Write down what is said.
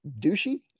douchey